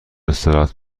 استراحت